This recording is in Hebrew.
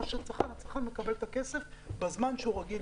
הצרכן מקבל את הכסף בזמן שהוא רגיל.